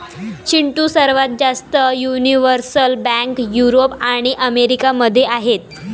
चिंटू, सर्वात जास्त universal bank Europe आणि अमेरिका मध्ये आहेत